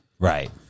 Right